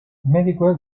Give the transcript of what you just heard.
medikuek